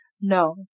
No